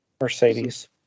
Mercedes